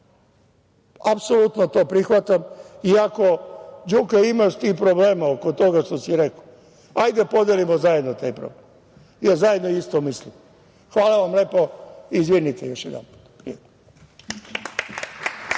Apsolutno to prihvatam. Đuka, imaš ti problema oko toga što si rekao, ali hajde da podelimo zajedno taj problem, jer zajedno isto mislimo. Hvala vam lepo i izvinite, još jednom.